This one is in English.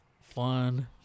Fun